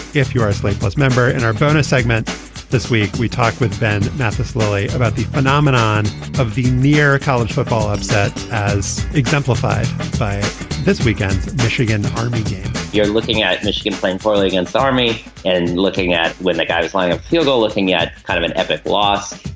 if you're a slate plus member in our bonus segment this week we talk with ben mathis lately about the phenomenon of the near college football upset as exemplified by this weekend's michigan army game you're looking at michigan playing finally against army and looking at when the guys line up looking at kind of an epic loss.